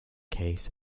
case